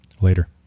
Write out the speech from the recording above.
Later